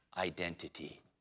identity